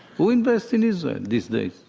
who invests in israel these days?